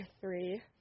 three